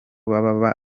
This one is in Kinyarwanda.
baba